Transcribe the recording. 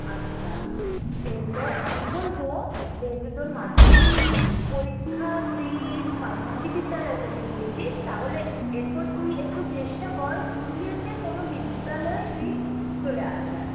আচ্ছা এরপর আমি বলব যেহেতু তোর মাধ্যমিক পরীক্ষা তুই বাঘমুন্ডি বিদ্যালয় থেকে দিয়েছিস তাহলে এরপর তুই একটু চেষ্টা কর পুরুলিয়াতে কোনো বিদ্যালয়ে তুই চলে আসার